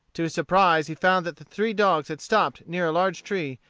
to his surprise he found that the three dogs had stopped near a large tree,